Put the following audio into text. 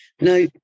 Now